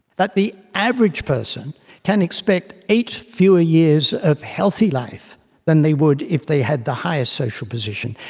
that the average person can expect eight fewer years of healthy life than they would if they had the highest social position.